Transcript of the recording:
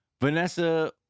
Vanessa